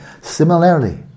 Similarly